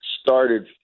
started